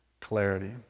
clarity